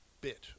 bit